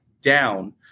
down